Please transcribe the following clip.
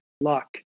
luck